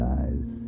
eyes